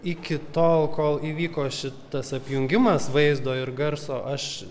iki tol kol įvyko šitas apjungimas vaizdo ir garso aš